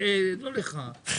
אה, לא לך.